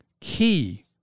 key